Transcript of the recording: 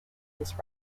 this